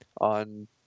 On